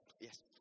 yes